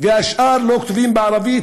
והשאר לא כתובים בערבית,